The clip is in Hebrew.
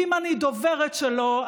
ואם אני דוברת שלו,